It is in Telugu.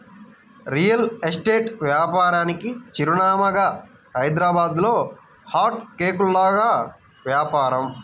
రియల్ ఎస్టేట్ వ్యాపారానికి చిరునామాగా హైదరాబాద్లో హాట్ కేకుల్లాగా వ్యాపారం